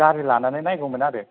गारि लानानै नायगौमोन आरो